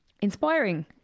inspiring